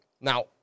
Now